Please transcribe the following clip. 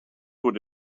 could